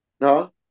No